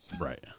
Right